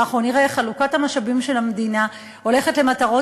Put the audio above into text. ואנחנו נראה איך חלוקת המשאבים של המדינה הולכת למטרות